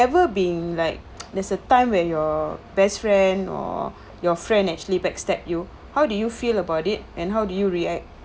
ever being like there's a time where your best friend or your friend actually backstab you how do you feel about it and how do you react